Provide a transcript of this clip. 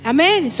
Amen